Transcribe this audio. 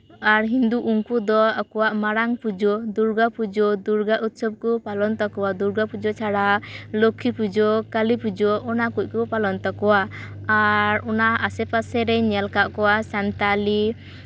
ᱟᱨ ᱦᱤᱱᱫᱩ ᱩᱱᱠᱩ ᱫᱚ ᱟᱠᱚᱣᱟᱜ ᱢᱟᱨᱟᱝ ᱯᱩᱡᱟᱹ ᱫᱩᱨᱜᱟᱯᱩᱡᱟᱹ ᱫᱩᱨᱜᱟ ᱩᱛᱥᱚᱵ ᱠᱚ ᱯᱟᱞᱚᱱ ᱛᱟᱠᱚᱣᱟ ᱫᱩᱨᱜᱟᱯᱩᱡᱟᱹ ᱪᱷᱟᱲᱟ ᱞᱚᱠᱠᱷᱤ ᱯᱩᱡᱟᱹ ᱠᱟᱞᱤᱯᱩᱡᱟᱹ ᱚᱱᱟ ᱠᱚᱡ ᱠᱚ ᱯᱟᱞᱚᱱ ᱛᱟᱠᱚᱣᱟ ᱟᱨ ᱚᱱᱟ ᱟᱥᱮᱯᱟᱥᱮ ᱧᱮᱞ ᱟᱠᱟᱫ ᱠᱚᱣᱟ ᱥᱟᱱᱛᱟᱞᱤ